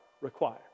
require